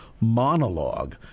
monologue